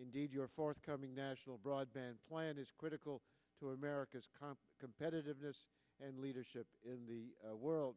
indeed your forthcoming national broadband plan is critical two americas calm competitiveness and leadership in the world